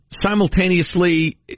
simultaneously